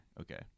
Okay